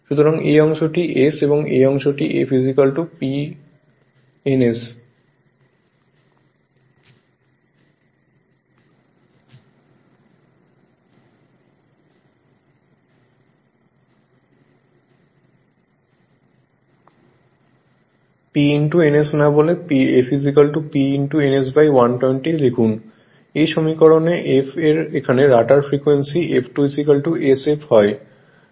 সুতরাং এই অংশটি s এবং এই অংশটিকে f P ns না বলে f P ns 120 থেকে লিখুন এই সমীকরণ f এর এখানে rotor frequency F2 s f হয়